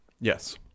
yes